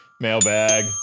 mailbag